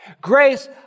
Grace